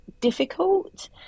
difficult